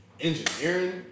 engineering